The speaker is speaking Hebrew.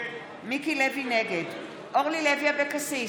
נגד אורלי לוי אבקסיס,